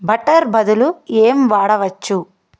butter బదులు ఏం వాడవచ్చు